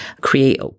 create